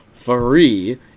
free